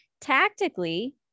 tactically